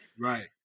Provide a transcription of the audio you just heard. right